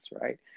right